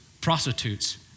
prostitutes